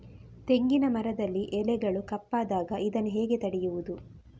ತೆಂಗಿನ ಮರದಲ್ಲಿ ಎಲೆಗಳು ಕಪ್ಪಾದಾಗ ಇದನ್ನು ಹೇಗೆ ತಡೆಯುವುದು?